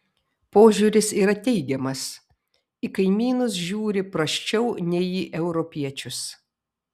požiūris yra teigiamas į kaimynus žiūri prasčiau nei į europiečius